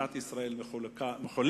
שמדינת ישראל מחולקת